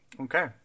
okay